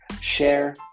share